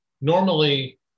normally